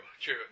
True